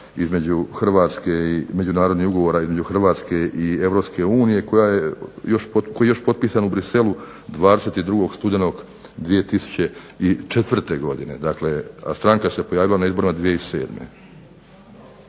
temeljem međunarodnog ugovora između Hrvatske i EU koji je još potpisan u Bruxellesu 22. studenog 2004. godine, a stranka se pojavila na izborima 2007.